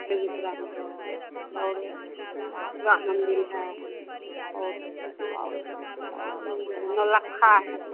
बेगूसराय में है और राम मंदिर है और और और मंदिर नौलक्खा है